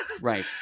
right